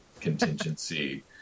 contingency